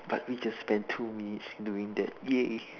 but we just spent two minutes doing that !yay!